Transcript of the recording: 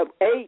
eight